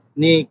ni